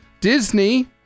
Disney